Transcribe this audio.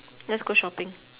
just go shopping